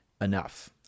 enough